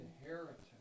inheritance